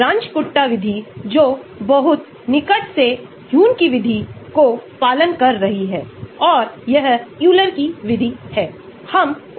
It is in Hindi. और फिर विशेष रूप से रिंग Y के प्रतिस्थापन वाले इलेक्ट्रॉन को हटाने के लिए गतिविधि बढ़ जाती है